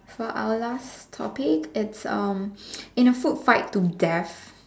for our last topic it's um in a food fight to death